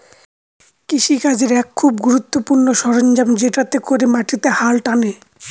কৃষি কাজের এক খুব গুরুত্বপূর্ণ সরঞ্জাম যেটাতে করে মাটিতে হাল টানে